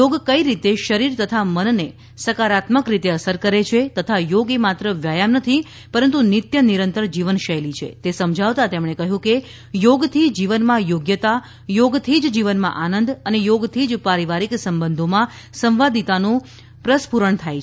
થોગ કઈ રીતે શરીર તથા મનને સકારાત્મક રીતે અસર કરે છે તથા યોગ એ માત્ર વ્યાયામ નથી પરંતુ નિત્ય નિરંતર જીવન શૈલી છે તે સમજાવતાં તેમણે કહયું કે યોગથી જીવનમાં યોગ્યતા યોગથી જ જીવનમાં આનંદ અને યોગથી જ પારિવારિક સંબંધોમાં સંવાદિતાનું પ્રસ્ક્રરણ થાય છે